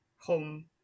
home